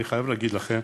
אני חייב להגיד לכם,